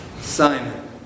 Simon